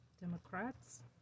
Democrats